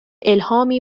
الهامی